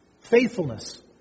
faithfulness